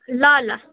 ल ल